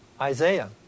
Isaiah